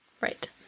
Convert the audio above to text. right